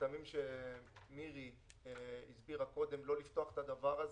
מהטעמים שמירי הסבירה קודם, לא לפתוח את הדבר הזה,